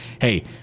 Hey